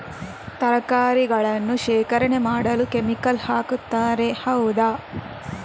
ತರಕಾರಿಗಳನ್ನು ಶೇಖರಣೆ ಮಾಡಲು ಕೆಮಿಕಲ್ ಹಾಕುತಾರೆ ಹೌದ?